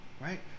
right